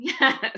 Yes